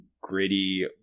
gritty